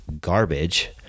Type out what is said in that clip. garbage